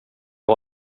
och